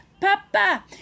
Papa